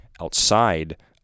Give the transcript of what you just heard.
outside